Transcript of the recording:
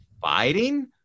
fighting